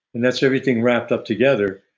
and that's everything wrapped up together.